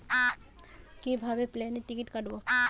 কিভাবে প্লেনের টিকিট কাটব?